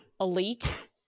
elite